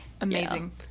Amazing